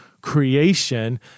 creation